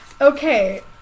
okay